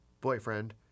boyfriend